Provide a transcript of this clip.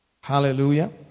Hallelujah